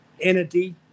entity